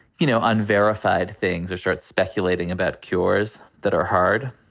you know, unverified things or start speculating about cures that are hard.